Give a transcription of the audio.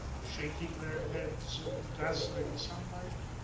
shaking their heads in the dazzling sunlight,